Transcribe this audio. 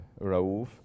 Raouf